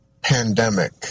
pandemic